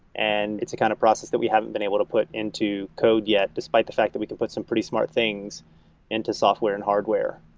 and it's a kind of process that we haven't been able to put into code yet despite the fact that we can put some pretty smart things into software and hardware